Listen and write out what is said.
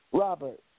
Robert